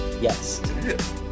Yes